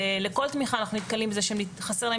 לכל תמיכה אנחנו נתקלים בזה שחסרים להם